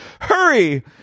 Hurry